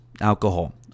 alcohol